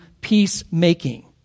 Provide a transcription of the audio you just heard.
peacemaking